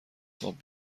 خواب